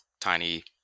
tiny